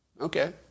Okay